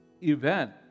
event